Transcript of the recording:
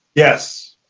yes!